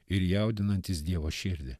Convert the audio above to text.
ir jaudinantis dievo širdį